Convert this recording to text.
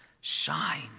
shine